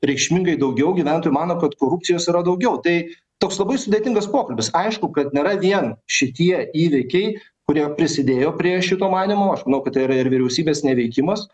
reikšmingai daugiau gyventojų mano kad korupcijos yra daugiau tai toks labai sudėtingas pokalbis aišku kad nėra vien šitie įvykiai kurie prisidėjo prie šito manymo aš manau kad tai yra ir vyriausybės neveikimas